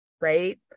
right